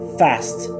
fast